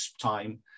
time